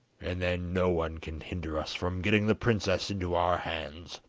and then no one can hinder us from getting the princess into our hands.